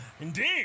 indeed